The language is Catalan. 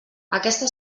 aquesta